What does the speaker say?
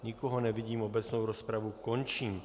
Nikoho nevidím, obecnou rozpravu končím.